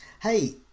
Hey